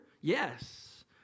yes